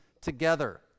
together